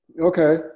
okay